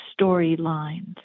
Storylines